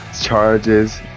charges